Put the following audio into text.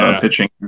pitching